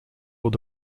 will